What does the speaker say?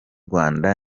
rwanda